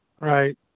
Right